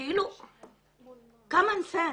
קומנסנס,